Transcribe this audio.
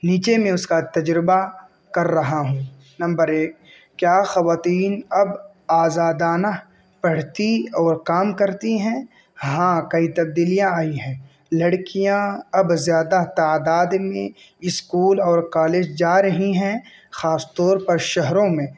نیچے میں اس کا تجربہ کر رہا ہوں نمبر ایک کیا خواتین اب آزادانہ پڑھتی اور کام کرتی ہیں ہاں کئی تبدیلیاں آئی ہیں لڑکیاں اب زیادہ تعداد میں اسکول اور کالج جا رہی ہیں خاص طور پر شہروں میں